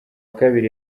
kabiri